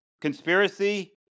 Conspiracy